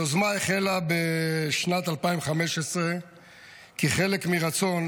היוזמה החלה בשנת 2015 כחלק מרצון